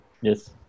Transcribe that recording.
Yes